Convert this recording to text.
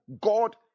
God